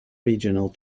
regional